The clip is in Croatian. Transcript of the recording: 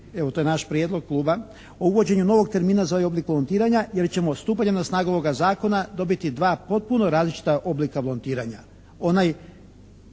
evo to je naš prijedlog kluba, o uvođenju novog termina za ovaj oblik volontiranja jer ćemo stupanjem na snagu ovoga zakona dobiti dva potpuno različita oblika volontiranja. Onaj